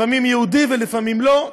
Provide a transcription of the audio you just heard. לפעמים יהודי ולפעמים לא,